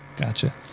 Gotcha